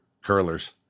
curlers